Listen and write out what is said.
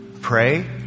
pray